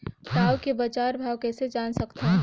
टाऊ के बजार भाव कइसे जान सकथव?